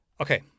Okay